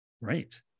Right